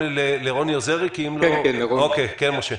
כן, משה.